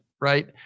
right